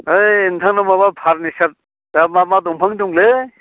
ओइ नोंथांनाव माबा फार्निसारआ मा मा दंफां दंलै